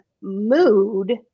mood